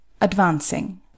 Advancing